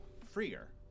freer